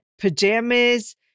pajamas